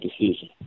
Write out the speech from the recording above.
decision